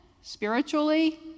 spiritually